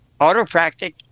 autopractic